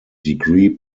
degree